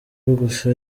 gusa